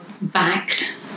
backed